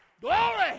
Glory